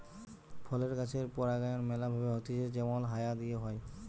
ফলের গাছের পরাগায়ন ম্যালা ভাবে হতিছে যেমল হায়া দিয়ে ইত্যাদি